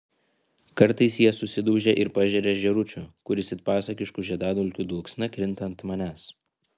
kartais jie susidaužia ir pažeria žėručio kuris it pasakiškų žiedadulkių dulksna krinta ant manęs